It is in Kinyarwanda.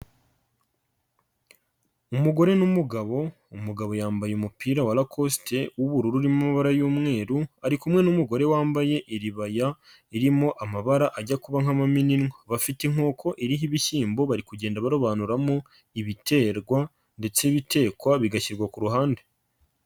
Umugore n'umugabo, umugabo yambaye umupira wa lakosite w'ubururu irimo amabara y'umweru, ari kumwe n'umugore wambaye iribaya, irimo amabara ajya kuba nk'amamininwa. Bafite inkoko iriho ibishyimbo, bari kugenda barobanuramo ibiterwa ndetse ibitekwa bigashyirwa ku ruhande.